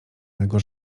mego